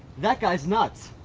that guy's nuts!